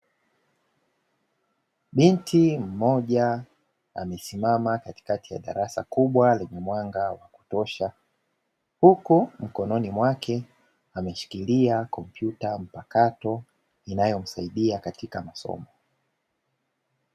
Binti mmoja amesimama katikati ya darasa kubwa lenye mwanga wakutosha, huku mikononi mwake ameshikilia kompyuta mpakato inayomsaidia katika masomo.